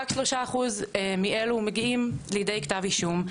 רק 3% מאלו מגיעים לידי כתב אישום,